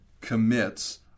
commits